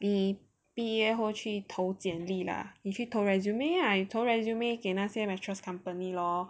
你毕业后去投简历 lah 你去投 resume ah 投 resume 给那些 mattress company lor